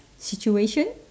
situation